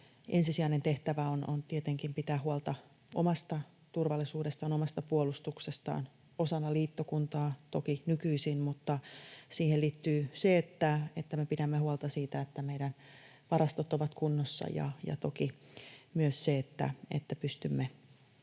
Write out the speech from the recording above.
ensisijainen tehtävä on tietenkin pitää huolta omasta turvallisuudestaan, omasta puolustuksestaan — osana liittokuntaa toki nykyisin — mutta siihen liittyy se, että me pidämme huolta siitä, että meidän varastot ovat kunnossa, ja toki myös se, että pystymme